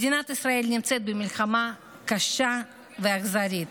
מדינת ישראל נמצאת במלחמה קשה ואכזרית.